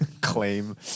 claim